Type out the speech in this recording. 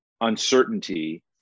uncertainty